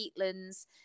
peatlands